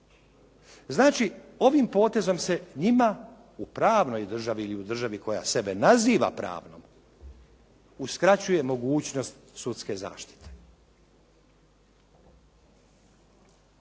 Znači ovim potezom se njima u pravnoj državi ili u državi koja sebe naziva pravnom uskraćuje mogućnost sudske zaštite.